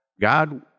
God